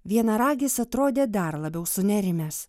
vienaragis atrodė dar labiau sunerimęs